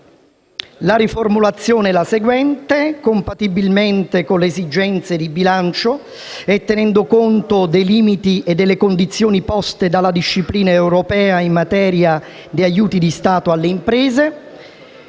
lavoratori sardi; a intervenire, compatibilmente con le esigenze di bilancio e tenendo conto dei limiti e delle condizioni poste dalla disciplina europea in materia di aiuti di Stato alle imprese,